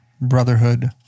brotherhood